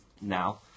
now